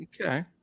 okay